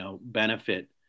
benefit